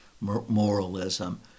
moralism